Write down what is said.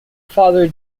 father